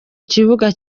kibuga